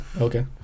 Okay